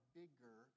bigger